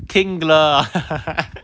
king blur ah